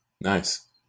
nice